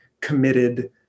committed